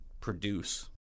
produce